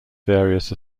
various